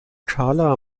karla